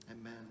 amen